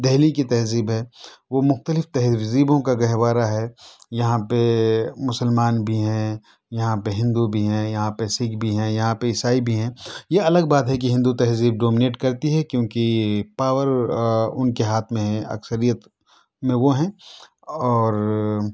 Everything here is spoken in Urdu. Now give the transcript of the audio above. دہلی کی تہذیب ہے وہ مختلف تہذیبوں کا گہوارہ ہے یہاں پہ مسلمان بھی ہیں یہاں پہ ہندو بھی ہیں یہاں پہ سکھ بھی ہیں یہاں پہ عیسائی بھی ہیں یہ الگ بات ہے کہ ہندو تہذیب ڈومینیٹ کرتی ہے کیونکہ پاور ان کے ہاتھ میں ہے اکثریت میں وہ ہیں اور